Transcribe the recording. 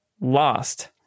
Lost